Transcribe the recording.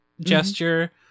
gesture